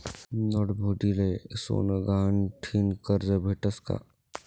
नडभीडले सोनं गहाण ठीन करजं भेटस का?